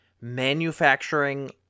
manufacturing